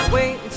Wait